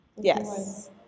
Yes